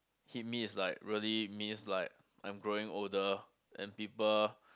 hit me is like really means like I'm growing older and people